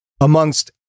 amongst